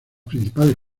principales